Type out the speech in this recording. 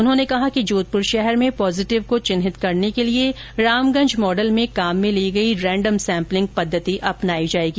उन्होंने कहा कि जोधप्र शहर में पॉजिटिव को चिन्हित करने के लिए रामगंज मॉडल में काम में ली गई रेंडम सैम्पलिंग पद्धति अपनाई जाएगी